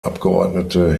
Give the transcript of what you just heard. abgeordnete